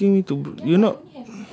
you not asking me to br~ you not